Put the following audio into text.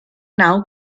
now